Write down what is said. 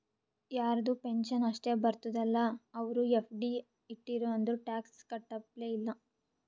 ಯಾರದು ಪೆನ್ಷನ್ ಅಷ್ಟೇ ಬರ್ತುದ ಅಲ್ಲಾ ಅವ್ರು ಎಫ್.ಡಿ ಇಟ್ಟಿರು ಅಂದುರ್ ಟ್ಯಾಕ್ಸ್ ಕಟ್ಟಪ್ಲೆ ಇಲ್ಲ